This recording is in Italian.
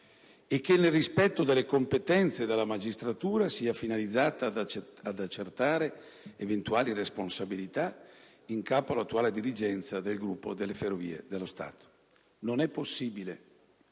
e che, nel rispetto delle competenze della magistratura, sia finalizzata ad accertare eventuali responsabilità in capo all'attuale dirigenza del gruppo delle Ferrovie dello Stato. Non è possibile che